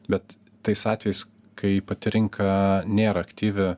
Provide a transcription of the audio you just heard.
bet tais atvejais kai pati rinka nėra aktyvi